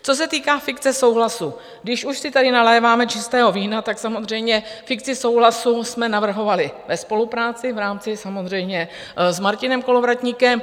Co se týká fikce souhlasu, když už si tady naléváme čistého vína, samozřejmě fikci souhlasu jsme navrhovali ve spolupráci v rámci samozřejmě s Martinem Kolovratníkem.